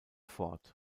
fort